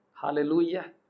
Hallelujah